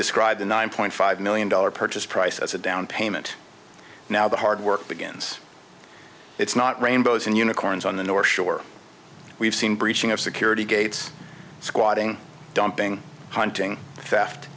described the nine point five million dollars purchase price as a down payment now the hard work begins it's not rainbows and unicorns on the north shore we've seen breaching of security gates squatting dumping hunting theft